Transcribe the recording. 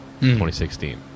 2016